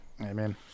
Amen